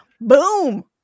Boom